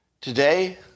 today